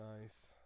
Nice